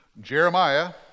Jeremiah